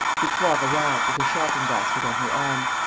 victoire arrived, with her shopping-basket on her arm.